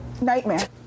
nightmare